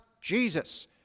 Jesus